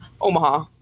omaha